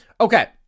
Okay